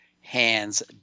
hands